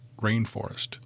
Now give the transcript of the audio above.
rainforest